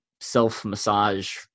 self-massage